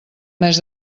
mes